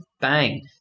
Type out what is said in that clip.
Bang